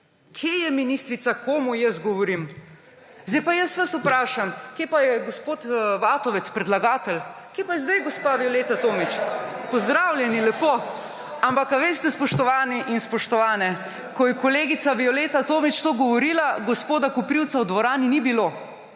kje je ministrica, komu jaz govorim?« Zdaj pa jaz vas vprašam: »Kje pa je gospod Vatovec, predlagatelj? Kje pa je zdaj gospa Violeta Tomić? Pozdravljeni lepo.« / nemir v dvorani/ Ampak, a veste, spoštovani in spoštovane, ko je kolegica Violeta Tomić to govorila, gospoda Koprivca v dvorani ni bilo.